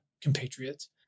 compatriots